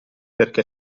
perché